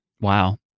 Wow